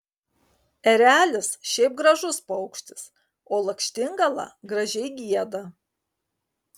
erelis šiaip gražus paukštis o lakštingala gražiai gieda